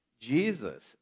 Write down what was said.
Jesus